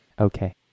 okay